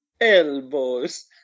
elbows